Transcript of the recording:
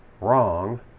wrong